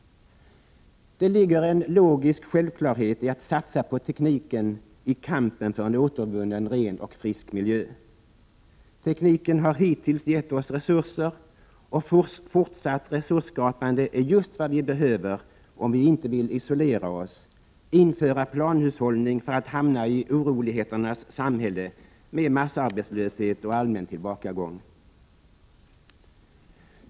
Det ligger en logisk självklarhet i att satsa på tekniken i kampen för en återvunnen ren och frisk miljö. Tekniken har hittills gett oss resurser, och fortsatt resursskapande är just vad vi behöver om vi inte vill isolera oss, införa planhushållning och hamna i oroligheternas samhälle med massarbetslöshet och allmän tillbakagång.